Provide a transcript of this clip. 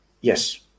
Yes